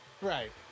Right